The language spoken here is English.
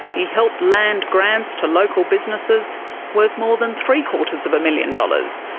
he helped land grants to local businesses worth more than three quarters of a million dollars.